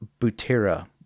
Butera